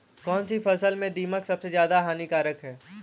कौनसी फसल में दीमक सबसे ज्यादा हानिकारक है?